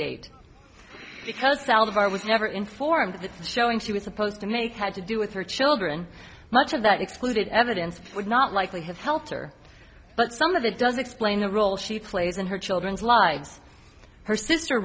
date because salazar was never informed that the showing she was supposed to make had to do with her children much of that excluded evidence would not likely have helped her but some of it does explain the role she plays in her children's lives her sister